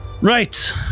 Right